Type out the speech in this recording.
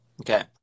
Okay